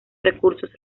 recursos